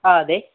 ആ അതെ